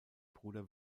bruder